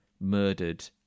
murdered